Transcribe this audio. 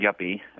yuppie